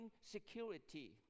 security